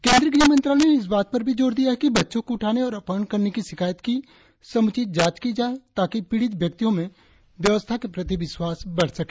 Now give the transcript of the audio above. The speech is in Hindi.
केंद्रीय गृहमंत्रालय ने इस बात पर भी जोर दिया है कि बच्चों को उठाने और अपहरण करने की शिकायत की समुचित जांच की जाए ताकि पीड़ित व्यक्तियों में व्यवस्था के प्रति विश्वास बढ़ सके